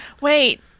Wait